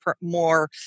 more